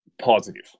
positive